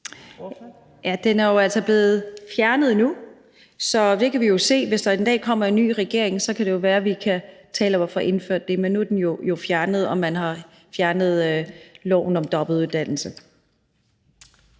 Den er jo altså blevet fjernet nu, så hvis der en dag kommer en ny regering, kan det jo være, at vi kan tale om at få indført den. Men nu er den jo fjernet, og man har fjernet loven om dobbeltuddannelse.